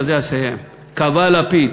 ובזה אסיים: כבה לפיד.